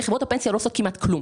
חברות הפנסיה כמעט לא עושים כלום.